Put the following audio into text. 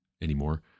anymore